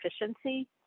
efficiency